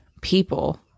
people